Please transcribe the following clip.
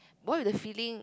what if the feeling